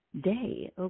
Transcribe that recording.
day